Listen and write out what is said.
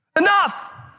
Enough